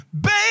Baby